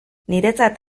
niretzat